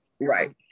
right